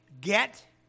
get